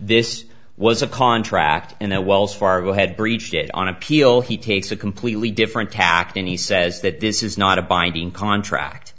this was a contract and that wells fargo had breached it on appeal he takes a completely different tack and he says that this is not a binding contract